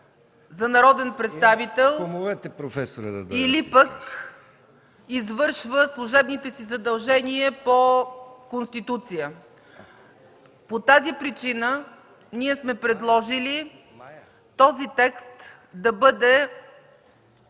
за народен представител, или пък извършва служебните си задължения по Конституция. По тази причина ние сме предложили да отпаднат